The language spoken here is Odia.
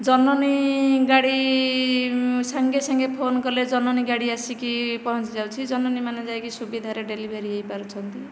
ଜନନୀ ଗାଡ଼ି ସାଙ୍ଗେ ସାଙ୍ଗେ ଫୋନ କଲେ ଜନନୀ ଗାଡ଼ି ଆସିକି ପହଞ୍ଚିଯାଉଛି ଜନନୀ ମାନେ ଯାଇକି ସୁବିଧାରେ ଡେଲିଭେର୍ ହୋଇପାରୁଛନ୍ତି